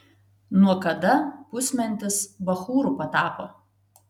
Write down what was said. nuo kada pusmentis bachūru patapo